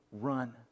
run